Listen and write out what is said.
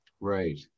Right